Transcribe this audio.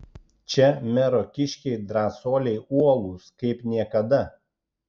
čia mero kiškiai drąsuoliai uolūs kaip niekada